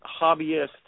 hobbyist